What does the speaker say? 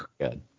good